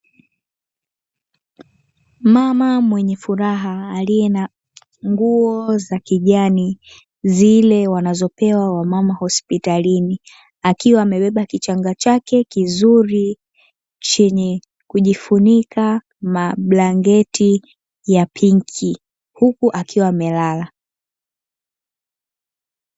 Mama mwenye furaha aliye na nguo za kijani (zile wanazopewa wamama hospitalini), akiwa amebeba kichanga chake kizuri chenye kujifunika mablanketi ya pinki; huku akiwa amelala.